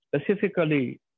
specifically